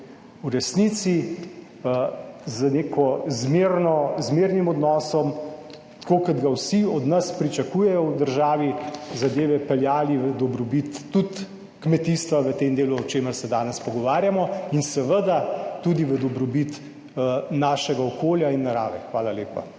v resnici z neko zmerno, zmernim odnosom, tako kot ga vsi od nas pričakujejo v državi, zadeve peljali v dobrobit tudi kmetijstva v tem delu, o čemer se danes pogovarjamo in seveda tudi v dobrobit našega okolja in narave. Hvala lepa.